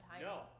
no